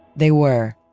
they were,